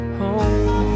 home